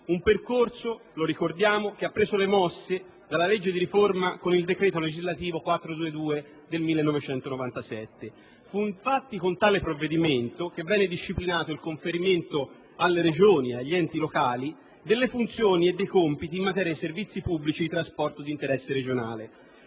Un percorso, lo ricordiamo, che ha preso le mosse dalla legge di riforma, con il decreto legislativo n. 422 del 1997. Fu infatti con tale provvedimento che venne disciplinato il conferimento alle Regioni e agli enti locali delle funzioni e dei compiti in materia di servizi pubblici di trasporto di interesse regionale.